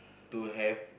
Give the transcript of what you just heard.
to have